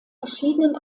verschiedenen